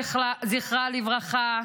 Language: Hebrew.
זכרה לברכה,